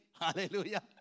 Hallelujah